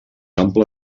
ample